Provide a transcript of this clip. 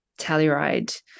Telluride